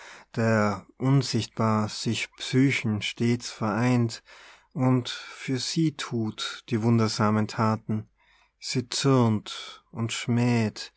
der unsichtbar sich psychen stets vereint und für sie thut die wundersamen thaten sie zürnt und schmäht